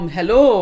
Hello